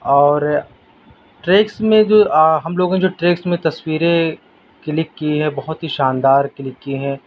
اور ٹریکس میں جو ہم لوگوں نے جو ٹریکس تصویریں کلک کیے ہیں بہت ہی شاندار کلک کیے ہیں